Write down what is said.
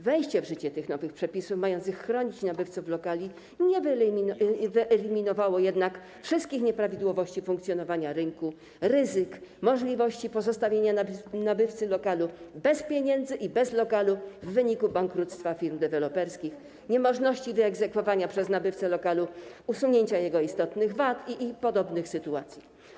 Wejście w życie tych nowych przepisów mających chronić nabywców lokali nie wyeliminowało jednak wszystkich nieprawidłowości funkcjonowania rynku, ryzyk, możliwości pozostawienia nabywcy lokalu bez pieniędzy i bez lokalu w wyniku bankructwa firm deweloperskich, niemożności wyegzekwowania przez nabywcę lokalu usunięcia jego istotnych wad i podobnych sytuacji.